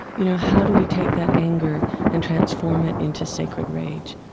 you know, how do we take that anger and transform it into sacred rage?